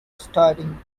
starting